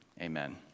Amen